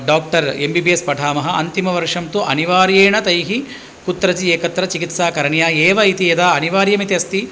doctor MBBS पठामः अन्तिमवर्षं तु अनिवार्येण तैः कुत्रचित् एकत्र चिकित्सा करणीया एव इति यदा अनिवार्यमिति अस्ति